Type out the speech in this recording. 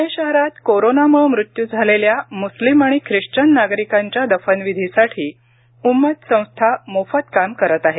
पुणे शहरात कोरोनामुळे मृत्यू झालेल्या मुस्लिम आणि ख्रिश्चन नागरिकांच्या दफनविधीसाठी उम्मत संस्था मोफत काम करीत आहे